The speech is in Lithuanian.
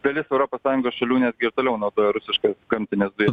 dalis europos sąjungos šalių netgi ir toliau naudoja rusiškas gamtines dujas